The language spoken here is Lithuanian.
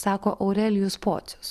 sako aurelijus pocius